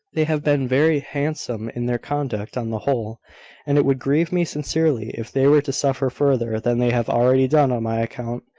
they have been very handsome in their conduct on the whole and it would grieve me sincerely if they were to suffer further than they have already done on my account.